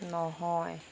নহয়